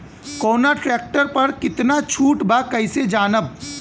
कवना ट्रेक्टर पर कितना छूट बा कैसे जानब?